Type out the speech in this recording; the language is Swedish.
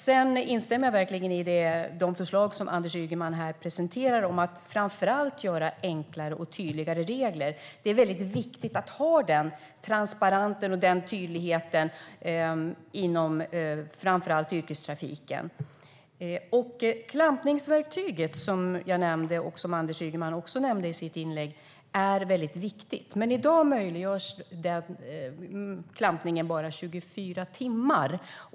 Sedan instämmer jag i de förslag som Anders Ygeman här presenterar, framför allt om att skapa enklare och tydligare regler. Det är väldigt viktigt att ha den transparensen och tydligheten inom framför allt yrkestrafiken. Klampningsverktyget är viktigt. I dag möjliggörs klampning bara under 24 timmar.